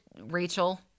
Rachel